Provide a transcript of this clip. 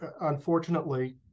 unfortunately